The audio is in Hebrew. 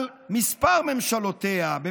על כמה ממשלותיה,